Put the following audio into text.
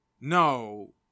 No